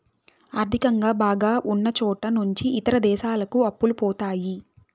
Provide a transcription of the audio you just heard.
ఆర్థికంగా బాగా ఉన్నచోట నుంచి ఇతర దేశాలకు అప్పులు పోతాయి